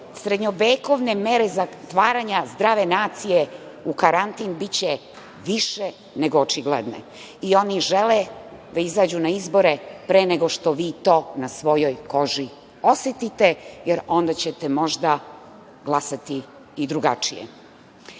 srednjevekovne mere zatvaranja zdrave nacije u karantin, biće više nego očigledne. I oni žele da izađu na izbore pre nego što vi to na svojoj koži osetite, jer onda ćete možda glasati i drugačije. Kada